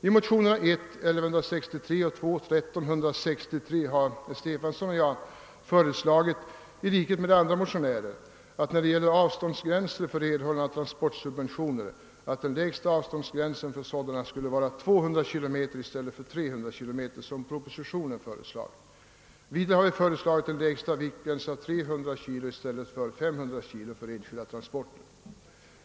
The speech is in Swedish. I motionerna I: 1163 och II: 1363 har herr Stefanson och jag i likhet med andra motionärer föreslagit att, när det gäller avståndsgränser för erhållande av transportsubventioner, den lägsta avståndsgränsen för sådana skulle vara 200 km i stället för 300 km, som föreslagits i propositionen. Vidare har vi föreslagit en lägsta viktgräns på 200 kg i stället för 500 kg för enskilda transporter.